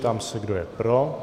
Ptám se, kdo je pro.